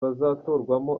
bazatorwamo